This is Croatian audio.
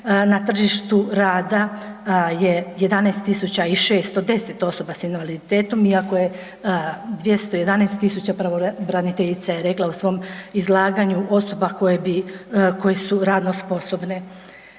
Na tržištu rada je 11 610 osoba s invaliditetom iako je 211 000, pravobraniteljica je rekla u svom izlaganju, osoba koje bi, koje su radno sposobne.